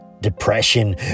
Depression